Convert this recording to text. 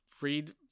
read